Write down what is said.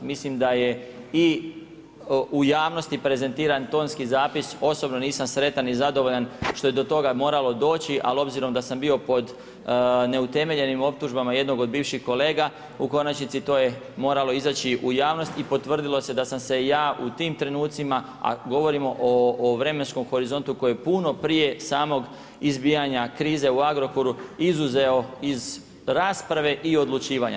Mislim da je i u javnosti prezentiran tonski zapis, osobno nisam sretan i zadovoljan što je do toga moralo doći, ali obzirom da sam bio pod neutemeljenim optužbama jednog od bivših kolega, u konačnici to je moralo izaći u javnosti i potvrdilo se da sam se ja u tim trenucima a govorimo o vremensku horizontu koji puno prije samog izbijanja krize u Agrokoru, izuzeo iz rasprave i odlučivanja.